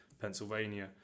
pennsylvania